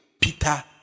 Peter